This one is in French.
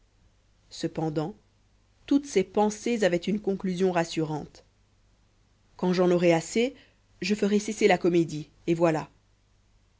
cependant toutes ses pensées avaient une conclusion rassurante quand j'en aurai assez je ferai cesser la comédie et voilà